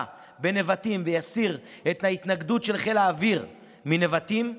בנבטים ויסיר את ההתנגדות של חיל האוויר מנבטים,